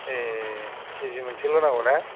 ए किजि मोनसेल' नांगौना